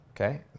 okay